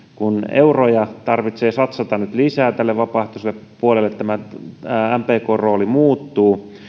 euroja tarvitsee satsata nyt lisää tälle vapaaehtoiselle puolelle mpkn rooli muuttuu